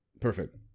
Perfect